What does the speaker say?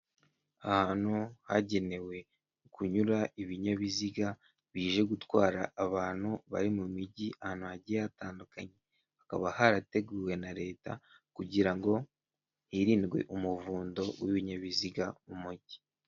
Ahantu hagenewe kunyura ibinyabiziga bije gutwara abantu bari mu mijyi ahantu hagiye hatandukanye. Hakaba harateguwe na leta, kugira ngo hirindwe umuvundo w'ibinyabiziga mu mujyi.